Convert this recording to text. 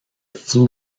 flu